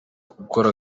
gukora